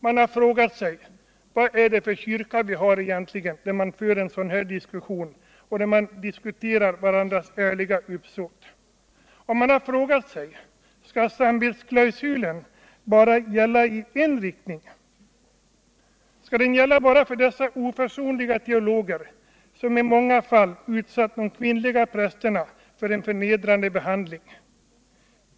Man har frågat sig: Vad är det för kyrka vi har egentligen. där man för en sådan diskussion och där man ifrågasätter varandras ärliga uppsåt? Och man har frågat sig: Skall samvetsklausulen bara gälla i en riktning? Skall den gälla bara för dessa oförsonliga teologer, som i många fall har utsatt de kvinnliga prästerna för en förnedrande behandling?